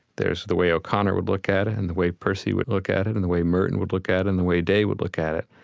there's the way o'connor would look at it, and the way percy would look at it, and the way merton would look at it, and the way day would look at it.